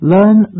Learn